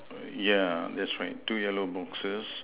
yeah that's right two yellow boxes